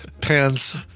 pants